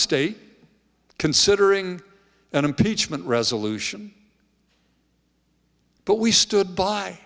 state considering an impeachment resolution but we stood by